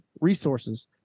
resources